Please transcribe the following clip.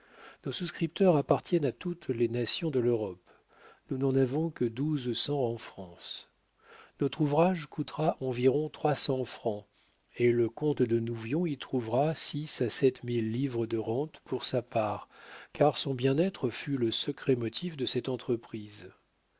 nos souscripteurs appartiennent à toutes les nations de l'europe nous n'en avons que douze cents en france notre ouvrage coûtera environ trois cents francs et le comte de nouvion y trouvera six à sept mille livres de rente pour sa part car son bien-être fut le secret motif de cette entreprise